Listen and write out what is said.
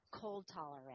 cold-tolerant